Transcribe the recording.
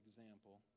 example